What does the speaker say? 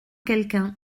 quelqu’un